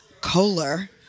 Kohler